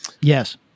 Yes